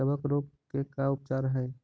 कबक रोग के का उपचार है?